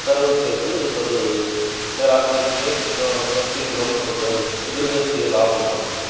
करोति चेत् तद् राज्यस्य ग स्वस्य ग्रं ग गृहस्य लाभं भवति